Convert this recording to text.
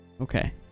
okay